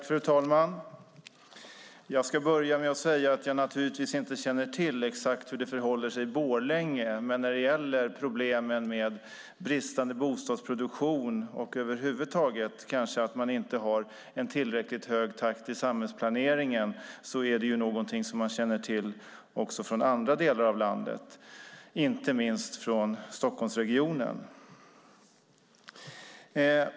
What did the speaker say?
Fru talman! Jag ska börja med att säga att jag naturligtvis inte känner till exakt hur det förhåller sig i Borlänge, men när det gäller problemen med bristande bostadsproduktion och över huvud taget att man kanske inte har en tillräckligt hög takt i samhällsplaneringen är detta något vi känner till också från andra delar av landet, inte minst från Stockholmsregionen.